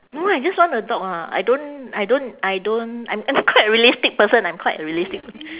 no I just want a dog ah I don't I don't I don't I'm I'm quite a realistic person I'm quite a realistic person